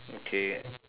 okay